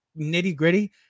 nitty-gritty